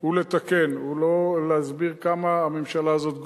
הוא לתקן, הוא לא להסביר כמה הממשלה הזאת גרועה.